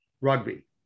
rugby